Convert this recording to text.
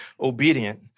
obedient